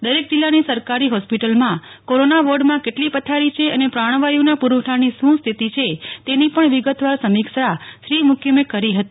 દરેક જિલ્લાની સરકારી હોસ્પિટલમાં કોરોના વોર્ડમાં કેટલી પથારી છે અને પ્રાણવાયુ ના પુરવઠા ની શુંસ્થિતિ છે તેની પણ વિગતવાર સમિક્ષા શ્રી મૂકીમેકરી હતી